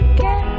get